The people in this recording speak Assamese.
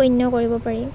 গণ্য কৰিব পাৰি